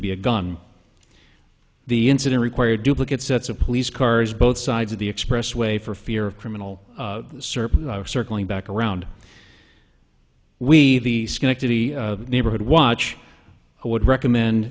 be a gun the incident required duplicate sets of police cars both sides of the expressway for fear of criminal search circling back around we the schenectady neighborhood watch who would recommend